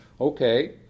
okay